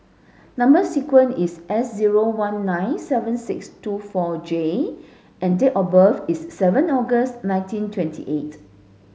number sequence is S zero one nine seven six two four J and date of birth is seven August nineteen twenty eight